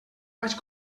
vaig